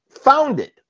founded